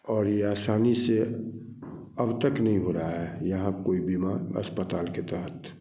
और ये आसानी से अब तक नहीं हो रहा है यहाँ कोई बीमा अस्पताल के तहत